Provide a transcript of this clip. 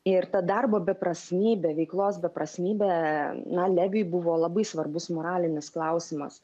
ir ta darbo beprasmybė veiklos beprasmybė na leviui buvo labai svarbus moralinis klausimas